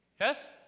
Yes